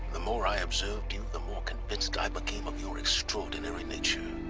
the more i observed you, the more convinced i became of your extraordinary nature.